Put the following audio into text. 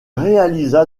réalisa